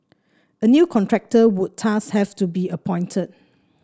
a new contractor would thus have to be appointed